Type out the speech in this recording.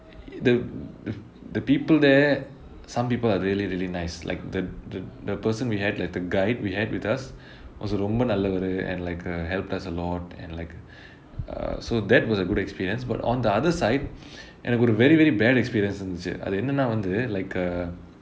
the the the people there some people are really really nice like the the the person we had like the guide we had with us was a ரொம்ப நல்லவரு:romba nallavaru and like uh helped us a lot and like ah so that was a good experience but on the other side எனக்கு ஒரு:enakku oru very very bad experience அது என்னனா வந்து:athu ennanaa vanthu like uh